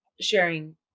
sharing